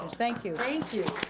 thank you. thank you